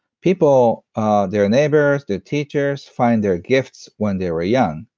people, ah their neighbors, their teachers, find their gifts when they were young.